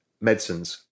medicines